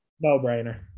No-brainer